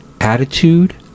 attitude